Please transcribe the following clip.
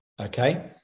okay